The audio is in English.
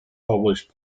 published